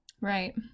Right